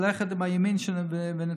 ללכת עם הימין ונתניהו,